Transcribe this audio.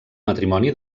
matrimoni